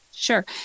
Sure